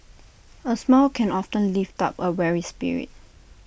A smile can often lift up A weary spirit